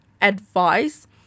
advice